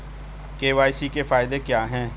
KYC के फायदे क्या है?